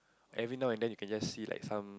every now and then you can just see like some